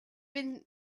been